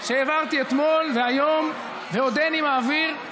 שהעברתי אתמול והיום, ועודני מעביר,